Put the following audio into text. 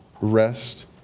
rest